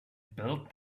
build